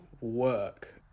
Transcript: work